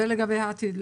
זה לגבי העתיד.